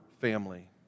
family